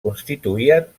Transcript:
constituïen